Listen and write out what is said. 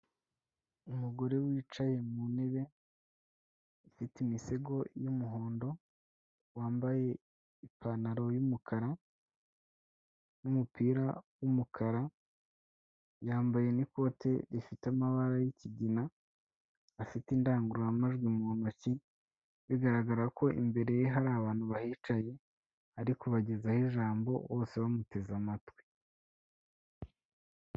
Umugore wicaye mu ntebe ifite imisego y'umuhondo, wambaye ipantaro y'umukara, n'umupira w'umukara, yambaye n'ikote rifite amabara y'ikigina, afite indangururamajwi mu ntoki, bigaragara ko imbere ye hari abantu bahicaye ari kubagezaho ijambo, bose bamuteze amatwi.